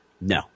No